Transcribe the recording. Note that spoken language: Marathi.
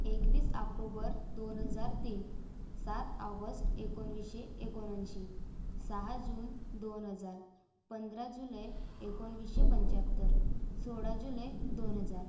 एकवीस आक्टोबर दोन हजार तीन सात ऑगस्ट एकोणीसशे एकोणऐंशी सहा जून दोन हजार पंधरा जुलै एकोणीसशे पंचाहत्तर सोळा जुलै दोन हजार